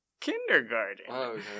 kindergarten